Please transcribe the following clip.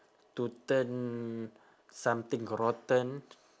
to turn something rotten